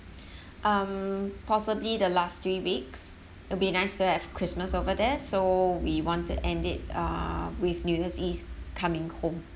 um possibly the last three weeks it'll be nice to have christmas over there so we want to end it uh with new year's eve coming home